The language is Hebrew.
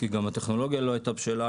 כי גם הטכנולוגיה לא הייתה בשלה,